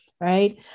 right